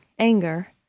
Anger